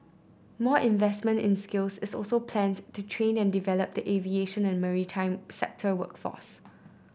more investment in skills is also planned to train and develop the aviation and maritime sector workforce